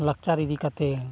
ᱞᱟᱠᱪᱟᱨ ᱤᱫᱤ ᱠᱟᱛᱮᱫ